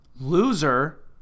loser